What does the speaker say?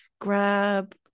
grab